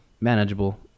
manageable